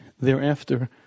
thereafter